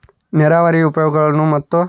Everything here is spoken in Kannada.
ನೇರಾವರಿಯ ಉಪಯೋಗಗಳನ್ನು ಮತ್ತು?